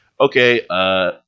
okay